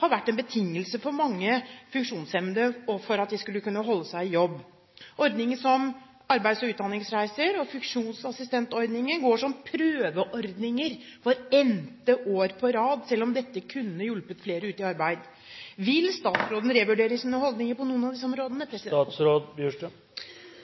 har vært en betingelse for mange funksjonshemmede for at de skal kunne holde seg i jobb. Ordninger som arbeids- og utdanningsreiser og funksjonsassistentordningen går som prøveordninger for n-te år på rad, selv om dette kunne hjulpet flere ut i arbeid. Vil statsråden revurdere sine holdninger på noen av disse områdene?